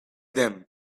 them